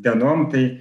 dienom tai